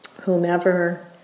whomever